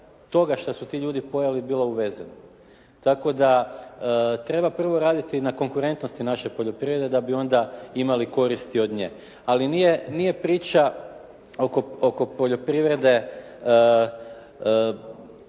toga što su ti ljudi pojeli bilo uvezeno. Tako da treba prvo raditi i na konkurentnosti naše poljoprivrede da bi onda imali koristi od nje. Ali nije, nije priča oko poljoprivrede